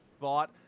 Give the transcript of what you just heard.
thought